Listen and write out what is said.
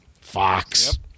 Fox